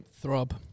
Throb